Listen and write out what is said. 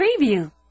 preview